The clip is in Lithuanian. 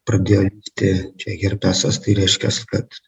pradėjo lipti čia herpesas tai reiškias kad